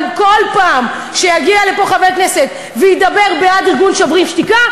אבל כל פעם שיגיע לפה חבר כנסת וידבר בעד ארגון "שוברים שתיקה",